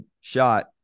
shot